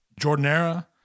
Jordanera